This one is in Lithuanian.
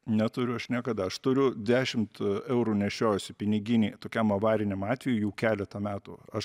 neturiu aš niekada aš turiu dešimt eurų nešiojuosi piniginėj tokiam avariniam atvejui jau keletą metų aš